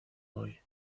hoy